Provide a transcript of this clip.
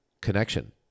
connection